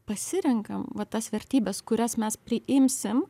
pasirenkam va tas vertybes kurias mes priimsim